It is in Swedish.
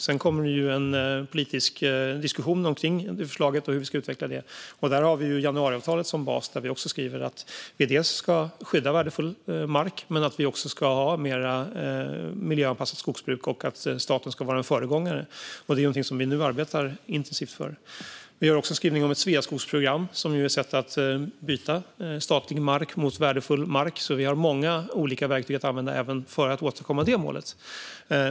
Sedan kommer en politisk diskussion om förslaget och hur vi ska utveckla det. Där har vi ju januariavtalet som bas, där vi också skriver att vi dels ska skydda värdefull mark, dels ha mer miljöanpassat skogsbruk och att staten ska vara en föregångare. Och det är någonting som vi nu arbetar intensivt för. Vi har också skrivningar om ett Sveaskogsprogram, som är ett sätt att byta statlig mark mot värdefull mark. Vi har alltså många olika verktyg att använda även för att nå det målet.